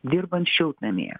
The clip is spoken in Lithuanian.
dirbant šiltnamyje